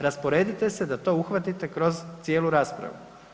Rasporedite se da to uhvatite kroz cijelu raspravu.